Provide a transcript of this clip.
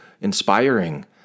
inspiring